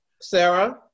Sarah